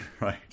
right